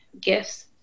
gifts